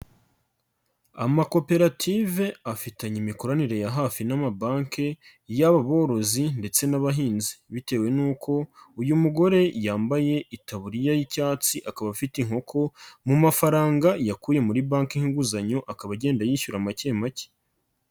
Amakoperative afitanye imikoranire ya hafi n'amabanki y'aborozi ndetse n'abahinzi bitewe n'uko uyu mugore yambaye itaburiya y'icyatsi, akaba afite inkoko mu mafaranga yakuye muri banki nk'inguzanyo, akaba agenda yishyura make make.